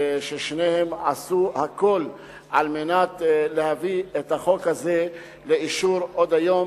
ששניהם עשו הכול על מנת להביא את החוק הזה לאישור עוד היום,